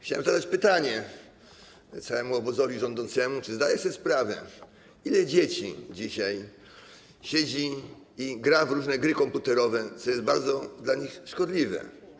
Chciałbym zadać pytanie całemu obozowi rządzącemu, czy zdaje sobie sprawę, ile dzieci dzisiaj siedzi i gra w różne gry komputerowe, co jest bardzo dla nich szkodliwe.